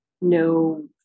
no